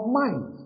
mind